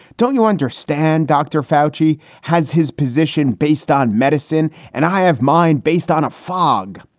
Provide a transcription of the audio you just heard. don't you understand? dr. foushee has his position based on medicine, and i have mine based on a fog.